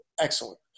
excellent